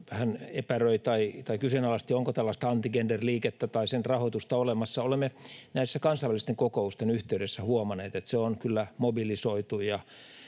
vähän epäröi tai kyseenalaisti, onko tällaista anti-gender-liikettä tai sen rahoitusta olemassa. Olemme kansainvälisten kokousten yhteydessä huomanneet, että se on kyllä mobilisoitu